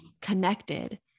connected